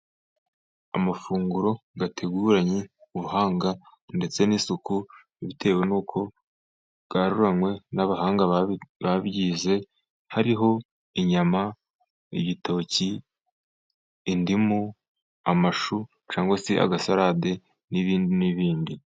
Amafunguro ateguranye ubuhanga ndetse n'isuku bitewe n'uko yaruranywe n'abahanga babyize. Hariho inyama, igitoki, indimu, amashu cyangwa se agasalade n'ibindi n'ibindi.